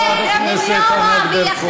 חברת הכנסת ענת ברקו.